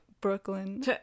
Brooklyn